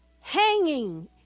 hanging